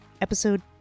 Episode